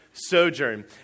Sojourn